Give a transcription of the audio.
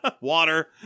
water